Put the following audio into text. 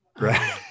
right